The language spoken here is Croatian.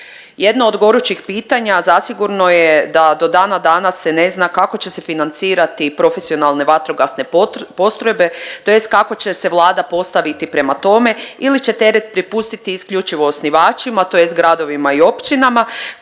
Jedno od gorućih pitanja zasigurno je da do dana danas se ne zna kako će se financirati profesionalne vatrogasne postrojbe tj. kako će se Vlada postaviti prema tome ili će teret prepustiti isključivo osnivačima tj. gradovima i općinama